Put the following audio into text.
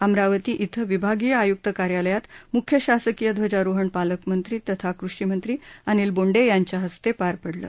अमरावती ॐ विभागीय आयुक्त कार्यालयात मुख्य शासकीय ध्वजारोहण पालकमंत्री तथा कृषी मंत्री अनिल बोंडे यांच्या हस्ते पार पडलं